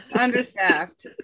Understaffed